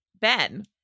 Ben